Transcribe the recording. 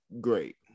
great